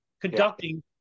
conducting